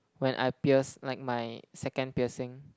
when I pierce like my second piercing